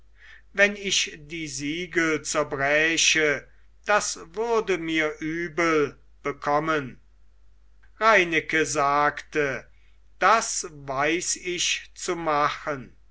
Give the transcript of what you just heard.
wenn ich die siegel zerbräche das würde mir übel bekommen reineke sagte das weiß ich zu machen